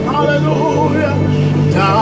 Hallelujah